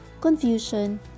confusion